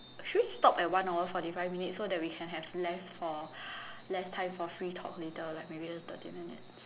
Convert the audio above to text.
should we stop at one hour forty five minutes so that we can have less for less time for free talk later like maybe just thirty minutes